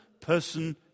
person